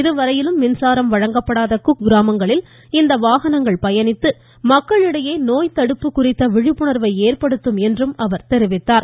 இதுவரையிலும் மின்சாரம் வழங்கப்படாத குக்கிராமங்களில் இந்த வாகனங்கள் பயணித்து மக்களிடையே நோய் தடுப்பு குறித்த விழிப்புணர்வை ஏற்படுத்தும் என்று அவர் தெரிவித்தார்